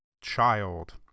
child